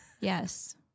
Yes